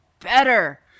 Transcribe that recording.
better